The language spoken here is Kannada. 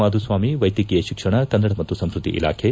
ಮಾಧುಸ್ವಾಮಿ ವೈದ್ಯಕೀಯ ಶಿಕ್ಷಣ ಕನ್ನಡ ಮತ್ತು ಸಂಸ್ಕೃತಿ ಇಲಾಖೆ